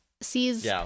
sees